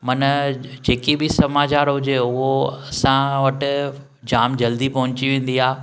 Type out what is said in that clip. माना जेकी बि समाचारु हुजे उहो असां वटि जाम जल्दी पहुची वेंदी आहे